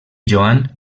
joan